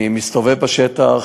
אני מסתובב בשטח,